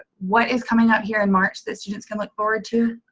what is coming up here in march that students can look forward to?